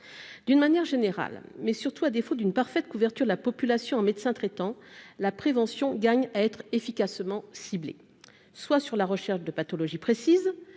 d'une manière générale, mais surtout à défaut d'une parfaite couverture de la population en médecin traitant la prévention gagne à être efficacement ciblé, soit sur la recherche de pathologies précises,